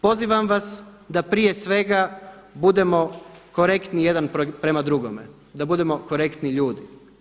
Pozivam vas da prije svega budemo korektni jedan prema drugome, da budemo korektni ljudi.